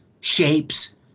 shapes